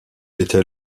était